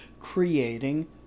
creating